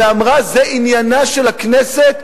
ואמרה: זה עניינה של הכנסת,